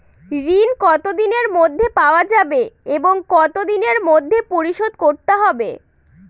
ঋণ কতদিনের মধ্যে পাওয়া যাবে এবং কত দিনের মধ্যে পরিশোধ করতে হবে?